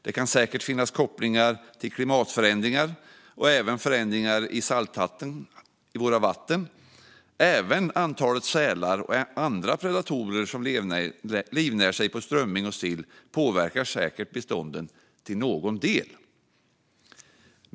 Det kan säkert finnas kopplingar till klimatförändringar och även förändringar i salthalten i våra vatten. Även antalet sälar och andra predatorer som livnär sig på strömming och sill påverkar säkert bestånden till någon del.